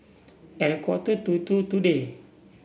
at a quarter to two today